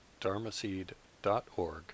dharmaseed.org